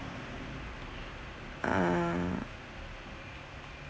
ah